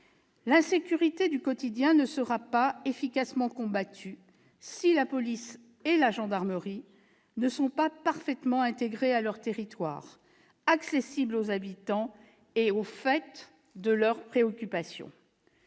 L'insécurité du quotidien ne sera pas efficacement combattue si la police et la gendarmerie ne sont pas parfaitement intégrées à leur territoire, accessibles aux habitants et au fait de leurs préoccupations.